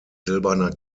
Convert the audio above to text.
silberner